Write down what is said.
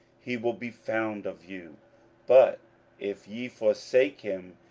he will be found of you but if ye forsake him,